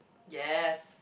yes